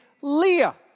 Leah